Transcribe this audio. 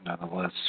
nonetheless